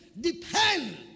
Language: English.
depend